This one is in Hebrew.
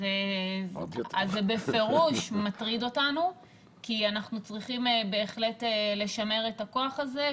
אז זה בפירוש מטריד אותנו כי אנחנו צריכים בהחלט לשמר את הכוח הזה.